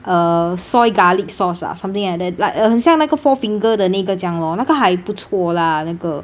uh soy garlic sauce ah or something like that like uh 很像那个 four fingers 的那个这样 lor 那个还不错 lah 那个